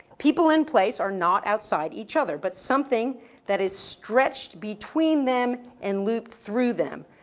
people and place are not outside each other, but something that is stretched between them and looped through them.